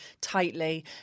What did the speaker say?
tightly